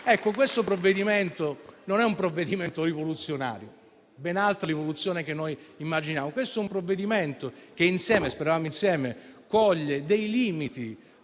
Questo non è un provvedimento rivoluzionario, è ben altra la rivoluzione che noi immaginiamo. Questo è un provvedimento che, speriamo insieme, coglie i limiti